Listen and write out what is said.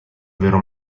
vero